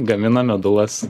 gamina medulas